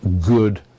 good